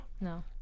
No